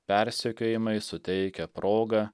persekiojimai suteikia progą